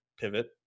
pivot